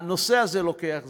הנושא הזה לוקח זמן.